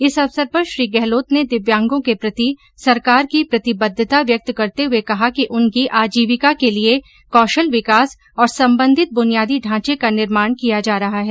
इस अवसर पर श्री गहलोत ने दिव्यांगों के प्रति सरकार की प्रतिबद्धता व्यक्त करते हुए कहा कि उनकी आजीविका के लिए कौशल विकास और संबंधित बुनियादी ढ़ांचे का निर्माण किया जा रहा है